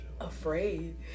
afraid